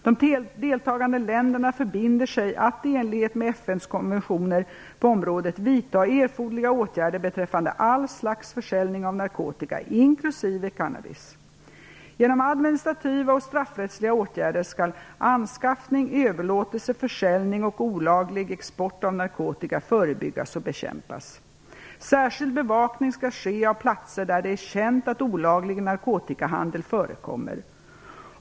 De deltagande länderna förbinder sig att, i enlighet med FN:s konventioner på området, vidta erforderliga åtgärder beträffande all slags försäljning av narkotika, inklusive cannabis. Genom administrativa och straffrättsliga åtgärder skall anskaffning, överlåtelse, försäljning och olaglig export av narkotika förebyggas och bekämpas. Särskild bevakning skall ske av platser där det är känt att olaglig narkotikahandel förekommer.